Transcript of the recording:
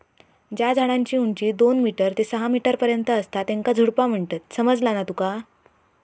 ज्या झाडांची उंची दोन मीटर ते सहा मीटर पर्यंत असता त्येंका झुडपा म्हणतत, समझला ना तुका?